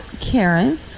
Karen